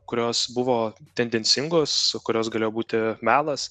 kurios buvo tendencingos kurios galėjo būti melas